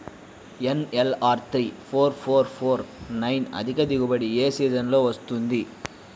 NLR three four four four nine అధిక దిగుబడి ఏ సీజన్లలో వస్తుంది?